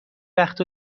وقت